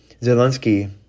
Zelensky